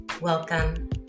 welcome